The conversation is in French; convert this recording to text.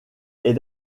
est